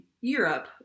Europe